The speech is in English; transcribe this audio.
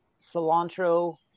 cilantro